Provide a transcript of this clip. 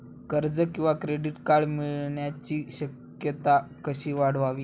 कर्ज किंवा credit card मिळण्याची शक्यता कशी वाढवावी?